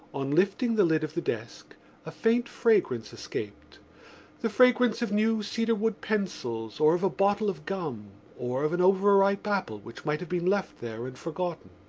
on lifting the lid of the desk a faint fragrance escaped the fragrance of new cedarwood pencils or of a bottle of gum or of an overripe apple which might have been left there and forgotten.